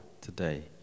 today